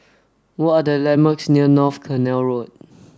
what are the landmarks near North Canal Road